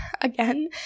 again